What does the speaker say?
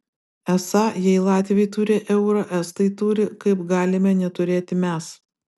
esą jei latviai turi eurą estai turi kaip galime neturėti mes